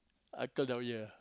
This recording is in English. uncle down here